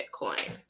Bitcoin